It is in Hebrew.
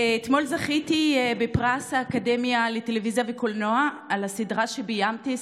אתמול זכיתי בפרס האקדמיה לטלוויזיה וקולנוע על הסדרה שביימתי,